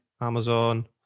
amazon